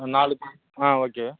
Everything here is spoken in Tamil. நாலு தான் ஓகே